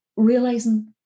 realizing